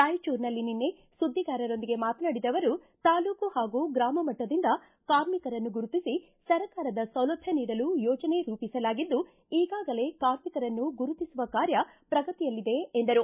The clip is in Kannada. ರಾಯಚೂರಿನಲ್ಲಿ ನಿನ್ನೆ ಸುದ್ದಿಗಾರರೊಂದಿಗೆ ಮಾತನಾಡಿದ ಅವರು ತಾಲೂಕು ಹಾಗೂ ಗ್ರಾಮ ಮಟ್ಟದಿಂದ ಕಾರ್ಮಿಕರನ್ನು ಗುರುತಿಸಿ ಸರ್ಕಾರದ ಸೌಲಭ್ಣ ನೀಡಲು ಯೋಜನೆ ರೂಪಿಸಲಾಗಿದ್ದು ಈಗಾಗಲೇ ಕಾರ್ಮಿಕರನ್ನು ಗುರುತಿಸುವ ಕಾರ್ಯ ಪ್ರಗತಿಯಲ್ಲಿದೆ ಎಂದರು